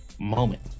moment